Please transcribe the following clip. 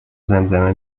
زمزمه